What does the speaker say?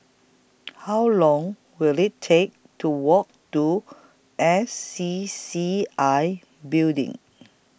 How Long Will IT Take to Walk to S C C C I Building